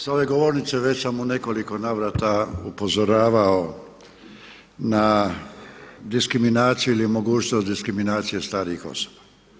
Sa ove govornice već sam u nekoliko navrata upozoravao na diskriminaciju ili mogućnost diskriminacije starijih osoba.